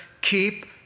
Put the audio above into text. keep